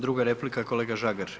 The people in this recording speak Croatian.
Druga replika, kolega Žagar.